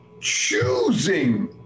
choosing